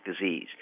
disease